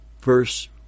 verse